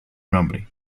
nombre